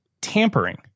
tampering